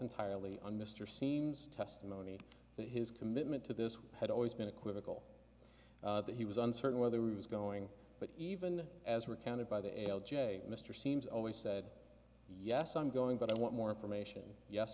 entirely on mr seems testimony that his commitment to this had always been equivocal that he was uncertain whether it was going but even as recounted by the a l j mr seems always said yes i'm going but i want more information yes